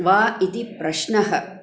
वा इति प्रश्नः